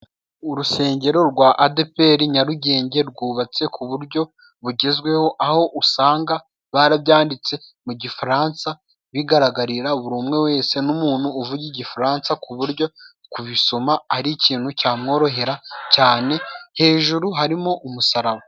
Urusengero rwa ADEPERI Nyarugenge rwubatse ku buryo bugezweho aho usanga barabyanditse mu gifaransa bigaragarira buri umwe wese n'umuntu uvuga igifaransa ku buryo kubisoma ari ikintu cyamworohera cyane. Hejuru harimo umusaraba.